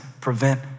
prevent